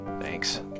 Thanks